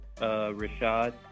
Rashad